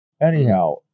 Anyhow